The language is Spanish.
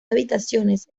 habitaciones